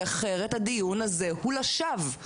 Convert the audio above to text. כי אחרת הדיון הזה הוא לשווא.